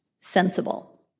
Sensible